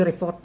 report